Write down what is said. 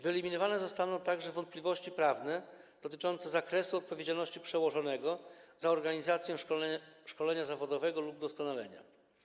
Wyeliminowane zostaną także wątpliwości prawne dotyczące zakresu odpowiedzialności przełożonego za organizację szkolenia zawodowego lub doskonalenia.